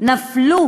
נפלו